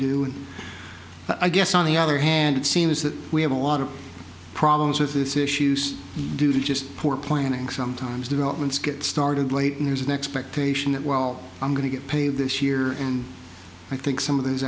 but i guess on the other hand it seems that we have a lot of problems with this issues due to just poor planning sometimes developments get started late and there's an expectation that well i'm going to get paid this year and i think some of these